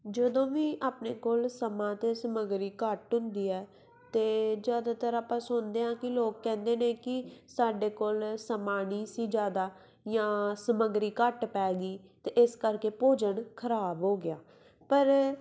ਜਦੋਂ ਵੀ ਆਪਣੇ ਕੋਲ ਸਮਾਂ ਅਤੇ ਸਮੱਗਰੀ ਘੱਟ ਹੁੰਦੀ ਹੈ ਤਾਂ ਜ਼ਿਆਦਾਤਰ ਆਪਾਂ ਸੁਣਦੇ ਹਾਂ ਕਿ ਲੋਕ ਕਹਿੰਦੇ ਨੇ ਕਿ ਸਾਡੇ ਕੋਲ ਸਮਾਂ ਨਹੀਂ ਸੀ ਜ਼ਿਆਦਾ ਜਾਂ ਸਮੱਗਰੀ ਘੱਟ ਪੈ ਗਈ ਅਤੇ ਇਸ ਕਰਕੇ ਭੋਜਨ ਖਰਾਬ ਹੋ ਗਿਆ ਪਰ